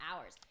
hours